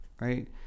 right